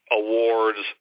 awards